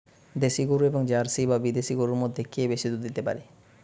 দেশী গরু এবং জার্সি বা বিদেশি গরু মধ্যে কে বেশি দুধ দিতে পারে?